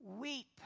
Weep